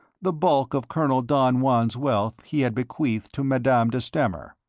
the bulk of colonel don juan's wealth he had bequeathed to madame de stamer,